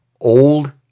Old